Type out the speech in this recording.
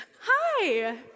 hi